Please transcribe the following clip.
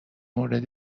مورد